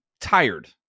tired